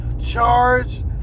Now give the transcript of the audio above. charge